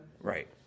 Right